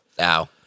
Ow